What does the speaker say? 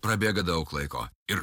prabėga daug laiko ir